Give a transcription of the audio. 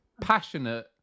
passionate